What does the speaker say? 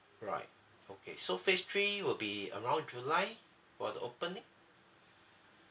alright okay so phase three will be around july for the opening